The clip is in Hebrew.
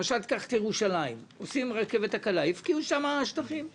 קח למשל את ירושלים: עושים רכבת קלה הפקיעו שם שטחים;